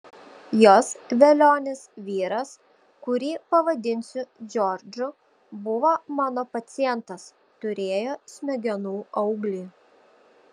jos velionis vyras kurį pavadinsiu džordžu buvo mano pacientas turėjo smegenų auglį